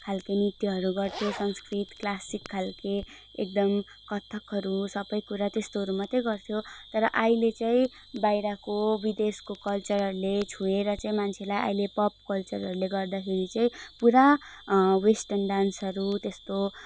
खालको नृत्यहरू गर्थ्यो संस्कृत क्लासिक खालके एकदम कथकहरू सबै कुरा त्यस्तोहरू मात्रै गर्थ्यो तर अहिले चाहिँ बाहिरको विदेशको कल्चरहरूले छोएर चाहिँ मान्छेलाई अहिले पप कल्चरहरूले गर्दाखेरि चाहिँ पुरा वेस्टर्न डान्सहरू त्यस्तो